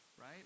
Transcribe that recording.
right